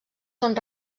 són